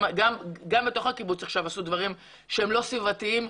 גם בתוך הקיבוץ עשו דברים שהם לא סביבתיים.